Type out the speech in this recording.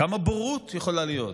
כמה בורות יכולה להיות?